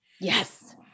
yes